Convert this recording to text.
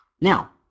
Now